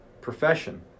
profession